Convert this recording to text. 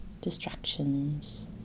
distractions